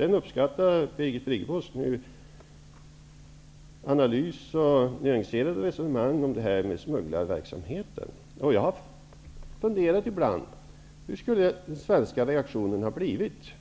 Jag uppskattar däremot Birgit Friggebos analys och nyanserade resonemang när det gäller smugglarverksamheten. Jag har ibland funderat över hur den svenska reaktionen skulle ha blivit